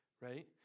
right